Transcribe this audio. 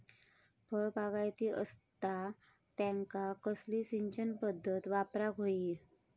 फळबागायती असता त्यांका कसली सिंचन पदधत वापराक होई?